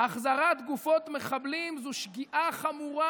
"החזרת גופות מחבלים היא שגיאה חמורה